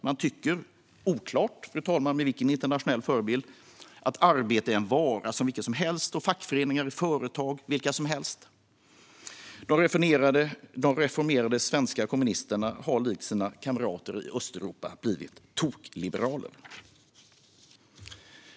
Man tycker - oklart med vilken internationell förebild - att arbete är en vara vilken som helst och fackföreningar är företag vilka som helst. De reformerade svenska kommunisterna har likt sina kamrater i Östeuropa blivit tokliberaler.